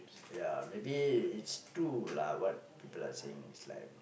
ya maybe it's true lah what people are saying it's like